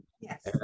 Yes